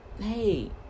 Hey